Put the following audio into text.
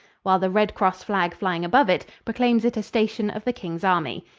while the red-cross flag flying above it proclaims it a station of the king's army.